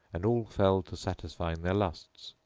and all fell to satisfying their lusts,